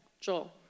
Joel